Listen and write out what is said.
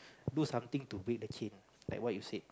lose something to bring the cane like what you said